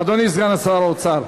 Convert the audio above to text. אדוני סגן שר האוצר,